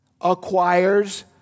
acquires